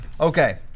Okay